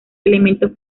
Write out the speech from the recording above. elementos